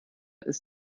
ist